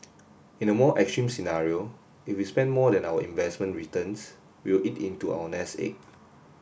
in a more extreme scenario if we spent more than our investment returns we will eat into our nest egg